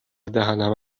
دهنم